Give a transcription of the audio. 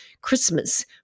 Christmas